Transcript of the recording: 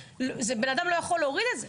הרי בן אדם לא יכול להוריד את זה.